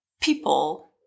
people